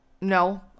No